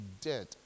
dead